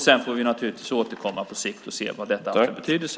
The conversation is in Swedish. Sedan får vi återkomma på sikt och se vad det har för betydelse.